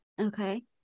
Okay